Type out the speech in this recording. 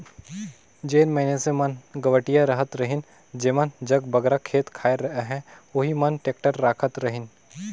जेन मइनसे मन गवटिया रहत रहिन जेमन जग बगरा खेत खाएर रहें ओही मन टेक्टर राखत रहिन